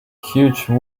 huge